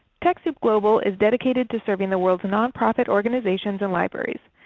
techsoup global is dedicated to serving the world's nonprofit organizations and libraries.